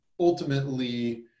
Ultimately